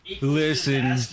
Listen